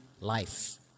life